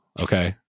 Okay